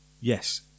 Yes